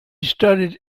studied